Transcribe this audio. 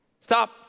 Stop